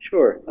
Sure